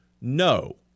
No